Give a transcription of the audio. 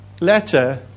letter